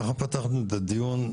אנחנו פתחנו את הדיון,